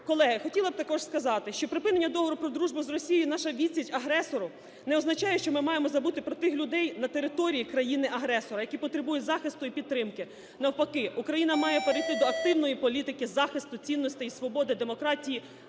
Колеги, хотіла б також сказати, що припинення Договору про дружбу з Росією і наша відсіч агресору не означає, що ми маємо забути про тих людей на території країни-агресора, які потребують захисту і підтримки. Навпаки Україна має перейти до активної політики захисту цінностей і свободи, демократії